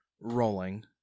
rolling